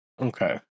Okay